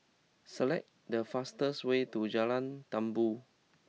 select the fastest way to Jalan Tambur